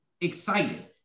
excited